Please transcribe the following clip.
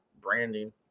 branding